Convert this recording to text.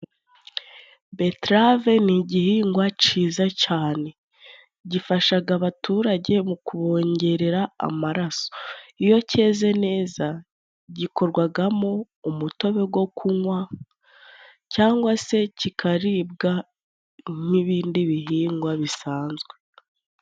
Betarave ni igihingwa ciza cane, gifashaga abaturage mu kubongerera amaraso. Iyo cyeze neza, gikorwagamo umutobe go kunwa, cangwa se kikaribwa nk'ibindi bihingwa bisanzwe.